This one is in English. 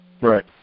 Right